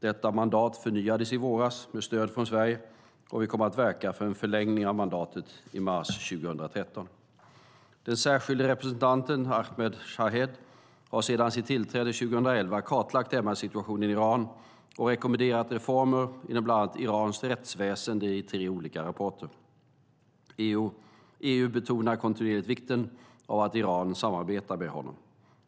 Detta mandat förnyades i våras med stöd från Sverige, och vi kommer att verka för en förlängning av mandatet i mars 2013. Den särskilde representanten Ahmed Shaheed har sedan sitt tillträde 2011 kartlagt MR-situationen i Iran och rekommenderat reformer inom bland annat iranskt rättsväsen i tre olika rapporter. EU betonar kontinuerligt vikten av att Iran samarbetar med honom.